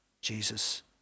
Jesus